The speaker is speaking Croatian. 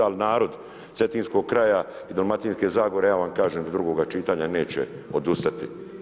Ali narod cetinskog kraja i Dalmatinske zagore ja vam kažem do drugoga čitanja neće odustati.